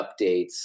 updates